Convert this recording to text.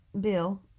Bill